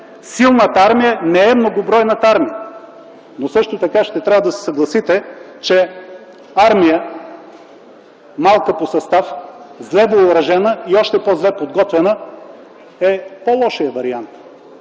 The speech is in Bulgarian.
силната армия не е многобройната армия, но също така ще трябва да се съгласите, че армия – малка по състав, зле въоръжена и още по-зле подготвена, е по-лошият вариант.